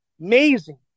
amazing